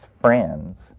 friends